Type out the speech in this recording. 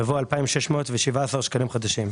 יבוא "2,617 שקלים חדשים".